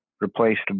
replaced